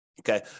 Okay